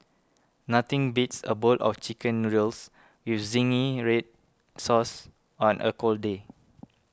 nothing beats a bowl of Chicken Noodles with Zingy Red Sauce on a cold day